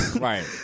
Right